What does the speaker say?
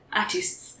artists